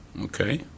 Okay